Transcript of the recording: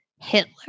Hitler